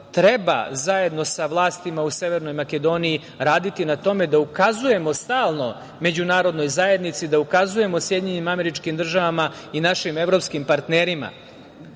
treba zajedno sa vlastima u Severnoj Makedoniji raditi na tome da ukazujemo stalno međunarodnoj zajednici, da ukazujemo SAD i našim evropskim partnerima